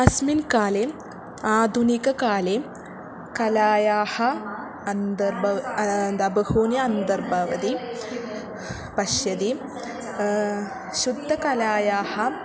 अस्मिन् काले आधुनिककाले कलायाः अन्तर्भवः अन्तः बहूनि अन्दर्भवति पश्यति शुद्धकलायाः